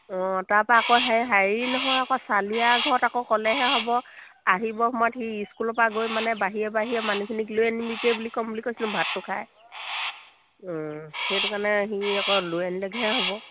অঁ তাৰপা আকৌ হে হেৰি নহয় আকৌ চালিয়া ঘৰত আকৌ ক'লেহে হ'ব আহিব সময়ত সি স্কুলৰ পৰা গৈ মানে বাহিৰে বাহিৰে মানুহখিনিক লৈ আনিবিগৈ বুলি ক'ম বুলি কৈছিলো ভাতটো খাই সেইটো কাৰণে সি আকৌ লৈ আনিলেহে হ'ব